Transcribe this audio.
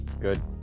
good